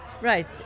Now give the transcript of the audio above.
right